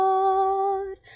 Lord